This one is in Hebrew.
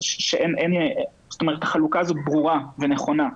החלוקה הזאת ברורה ונכונה.